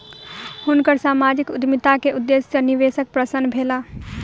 हुनकर सामाजिक उद्यमिता के उदेश्य सॅ निवेशक प्रसन्न भेला